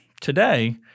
today